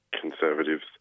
conservatives